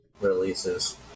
releases